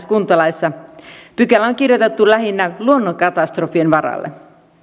kuntalaissa pykälä on kirjoitettu lähinnä luonnonkatastrofien varalle